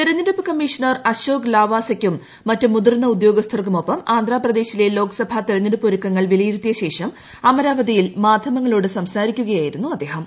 തെരഞ്ഞെടുപ്പ് ക്ഷ്മിഷണർ അശോക് ലാവാസയ്ക്കും മറ്റ് മുതിർന്ന ഉദ്യോഗ്സ്ഥർക്കും ഒപ്പം ആന്ധ്രാപ്രദേശിലെ ലോക്സഭ് തെർഞ്ഞെടുപ്പ് ഒരുക്കങ്ങൾ വിലയിരുത്തിയ ശേഷം അമരാപ്പതിയിൽ മാധ്യമങ്ങളോട് സംസാരിക്കുകയായിരുന്നു അദ്ദേഹം